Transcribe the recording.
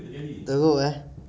teruk eh